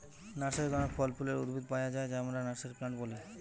নার্সারিতে অনেক ফল ফুলের উদ্ভিদ পায়া যায় যাকে আমরা নার্সারি প্লান্ট বলি